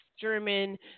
German